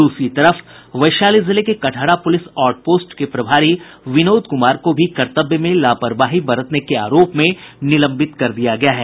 दूसरी तरफ वैशाली जिले के कटहरा पुलिस आउटपोस्ट के प्रभारी विनोद कुमार को कर्तव्य में लापरवाही बरतने के आरोप में निलंबित कर दिया गया है